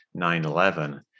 9-11